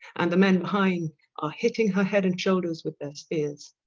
and the men behind are hitting her head and shoulders with their spears.